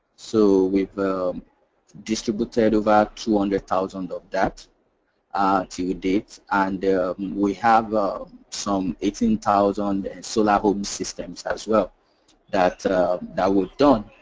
so we um distributed over two hundred thousand of that to-date and we have some eighteen thousand solar home systems as well that that we've done.